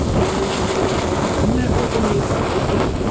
and the invaders have never been able to get